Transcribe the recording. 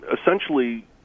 essentially